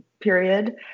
period